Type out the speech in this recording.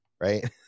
right